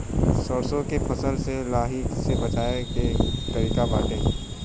सरसो के फसल से लाही से बचाव के का तरीका बाटे?